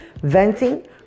venting